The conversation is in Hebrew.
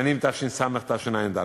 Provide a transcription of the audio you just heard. בשנים תש"ס תשע"ד.